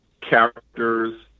characters